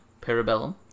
Parabellum